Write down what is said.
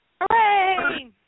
Hooray